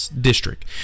District